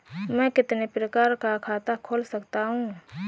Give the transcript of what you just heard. मैं कितने प्रकार का खाता खोल सकता हूँ?